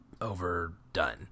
overdone